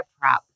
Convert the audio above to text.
prop